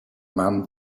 man